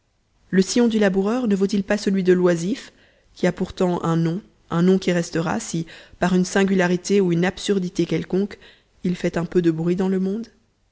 le sillon du laboureur ne vaut-il pas celui de l'oisif qui a pourtant un nom un nom qui restera si par une singularité ou une absurdité quelconque il fait un peu de bruit dans le monde